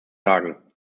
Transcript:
sagen